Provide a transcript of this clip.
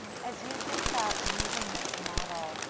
as you think about using this model,